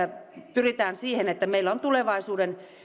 pyritään siihen että meillä on tulevaisuuden